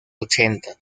ochenta